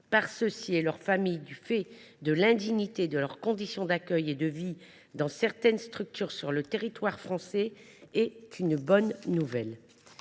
par ceux ci et leurs familles du fait de l’indignité de leurs conditions d’accueil et de vie dans certaines structures sur le territoire français est une bonne nouvelle.